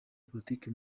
politiki